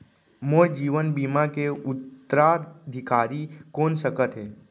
मोर जीवन बीमा के उत्तराधिकारी कोन सकत हे?